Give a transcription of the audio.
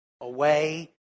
away